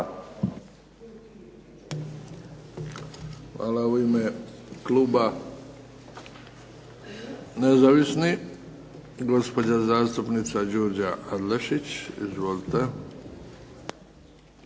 Hvala. U ime kluba nezavisnih, gospođa zastupnica Đurđa Adlešić. Izvolite.